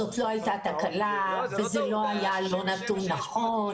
זאת לא הייתה תקלה וזה לא היה נתון לא נכון.